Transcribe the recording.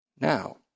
Now